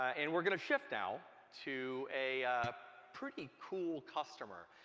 ah and we're going to shift now to a pretty cool customer.